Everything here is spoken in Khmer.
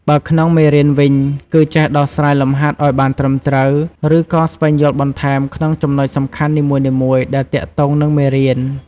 បើក្នុងមេរៀនវិញ គឺចេះដោះស្រាយលំហាត់ឲ្យបានត្រឹមត្រូវ ឬក៏ស្វែងយល់បន្ថែមក្នុងចំណុចសំខាន់នីមួយៗដែលទាក់ទងនឹងមេរៀន។